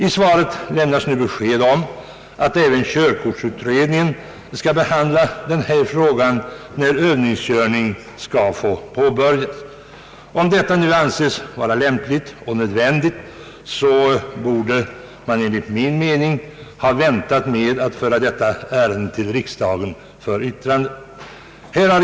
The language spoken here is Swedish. I svaret lämnas nu besked om att även körkortsutredningen skall behandla frågan om när övningskörning skall få påbörjas. Om det nu anses vara lämpligt och nödvändigt, borde regeringen ha väntat med att lägga fram ärendet för yttrande av riksdagen.